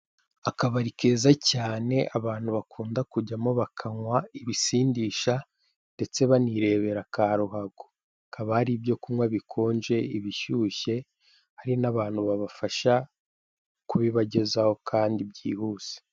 Akabari keza cyane abantu bakunda kujyamo bakinywera ibisindisha ndetse banirebera ka ruhago. Hakaba hari ibyo kunywa bikonje, ibishyushye hari n'abantu babafasha kubibagezaho kandi byihuse.